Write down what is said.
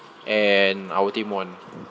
and our team won